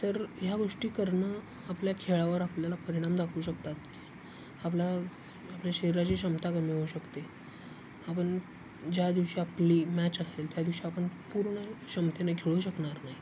तर ह्या गोष्टी करणं आपल्या खेळावर आपल्याला परिणाम दाखवू शकतात आपला आपल्या शरीराची क्षमता कमी होऊ शकते आपण ज्या दिवशी आपली मॅच असेल त्या दिवशी आपण पूर्ण क्षमतेने खेळू शकणार नाही